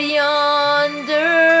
yonder